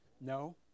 No